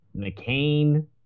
McCain